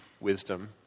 wisdom